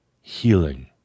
healing